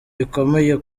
bikomeye